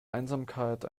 einsamkeit